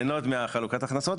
מחלוקת ההכנסות,